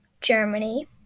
Germany